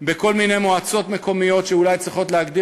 בכל מיני מועצות מקומיות שאולי צריכות להגדיר